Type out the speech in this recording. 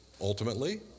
ultimately